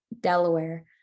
Delaware